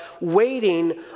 waiting